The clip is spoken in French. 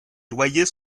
loyers